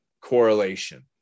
correlation